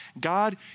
God